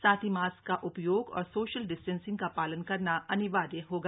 साथ ही मास्क का उपयोग और सोशल डिस्टेंसिंग का पालन करना अनिवार्य होगा